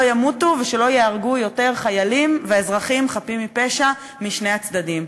ימותו ושלא ייהרגו יותר חיילים ואזרחים חפים מפשע משני הצדדים.